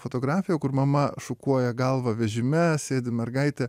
fotografija kur mama šukuoja galvą vežime sėdi mergaitė